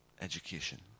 Education